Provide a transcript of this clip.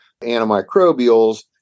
antimicrobials